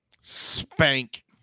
spank